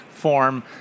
Form